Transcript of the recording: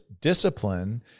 discipline